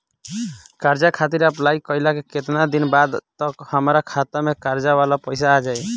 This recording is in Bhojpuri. कर्जा खातिर अप्लाई कईला के केतना दिन बाद तक हमरा खाता मे कर्जा वाला पैसा आ जायी?